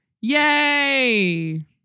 Yay